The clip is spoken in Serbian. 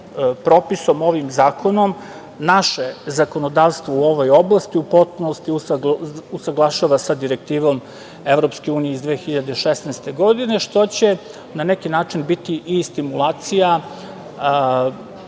propisom, ovim zakonom naše zakonodavstvo u ovoj oblasti u potpunosti usaglašava sa Direktivom EU iz 2016. godine, što će na neki način biti i stimulacija…